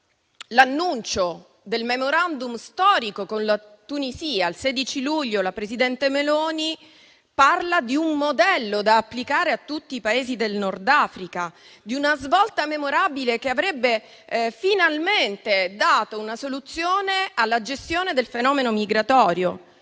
l'annuncio del *memorandum* storico con la Tunisia: il 16 luglio la presidente Meloni parla di un modello da applicare a tutti i Paesi del Nord Africa, di una svolta memorabile che avrebbe finalmente dato una soluzione alla gestione del fenomeno migratorio.